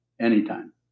Anytime